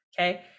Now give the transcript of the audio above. okay